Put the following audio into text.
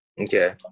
Okay